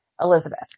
Elizabeth